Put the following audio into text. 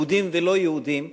יהודים ולא יהודים,